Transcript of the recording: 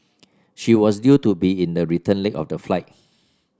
she was due to be in the return leg of the flight